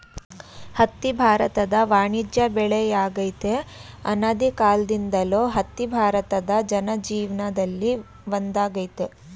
ಹತ್ತಿ ಭಾರತದ ವಾಣಿಜ್ಯ ಬೆಳೆಯಾಗಯ್ತೆ ಅನಾದಿಕಾಲ್ದಿಂದಲೂ ಹತ್ತಿ ಭಾರತ ಜನಜೀವನ್ದಲ್ಲಿ ಒಂದಾಗೈತೆ